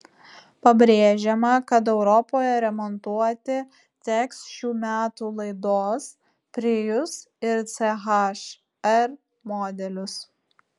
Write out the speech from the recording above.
pabrėžiama kad europoje remontuoti teks šių metų laidos prius ir ch r modelius